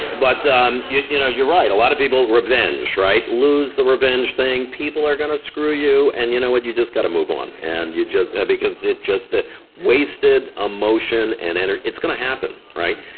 but you know you're right, a lot of people revenge right? lose the revenge thing people are gonna screw you and you know and you just got to move on and you just because it just the wasted emotion and energy. it's gonna happen, right?